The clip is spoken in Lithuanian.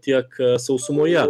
tiek a sausumoje